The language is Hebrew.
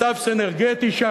מצב סינרגטי,